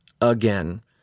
again